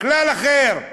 כלל אחר.